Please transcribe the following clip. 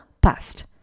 past